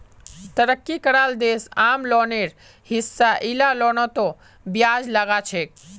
तरक्की कराल देश आम लोनेर हिसा इला लोनतों ब्याज लगाछेक